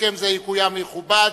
והסכם זה יקוים ויכובד.